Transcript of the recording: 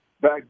back